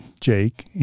Jake